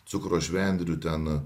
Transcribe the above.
cukraus švendrių ten